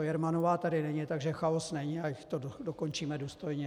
Jermanová tady není, takže chaos není, ať to dokončíme důstojně.